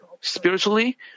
spiritually